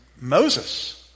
Moses